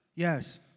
yes